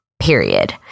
period